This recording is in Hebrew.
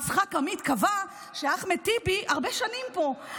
יצחק עמית קבע שאחמד טיבי הרבה שנים פה,